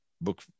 book